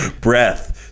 breath